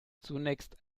zunächst